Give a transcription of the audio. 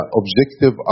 objective